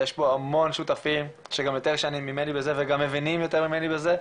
ויש פה המון שותפים שגם יותר שנים ממני בזה וגם מבינים יותר ממני בזה,